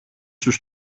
στους